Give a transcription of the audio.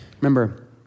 Remember